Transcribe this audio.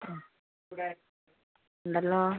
ആ ഇവിടെ ഉണ്ടല്ലോ ആ